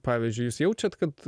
pavyzdžiui jūs jaučiat kad